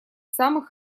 самых